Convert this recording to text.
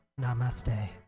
Namaste